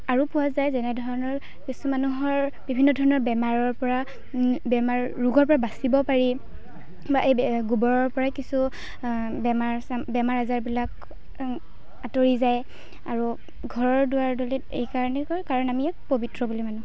আৰু পোৱা যায় যেনেধৰণৰ কিছু মানুহৰ বিভিন্ন ধৰণৰ বেমাৰৰ পৰা বেমাৰ ৰোগৰ পৰা বাচিব পাৰি বা এই গোৱৰৰ পৰাই কিছু বেমাৰ বেমাৰ আজাৰবিলাক আঁতৰি যায় আৰু ঘৰৰ দুৱাৰদলিত এইকাৰণে কয় কাৰণ আমি ইয়াক পবিত্ৰ বুলি মানোঁ